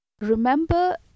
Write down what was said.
remember